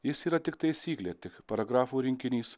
jis yra tik taisyklė tik paragrafų rinkinys